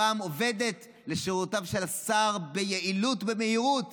הפעם עובדת לשירותו של השר ביעילות ובמהירות